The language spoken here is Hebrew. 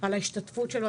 על ההשתתפות שלו,